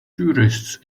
tourists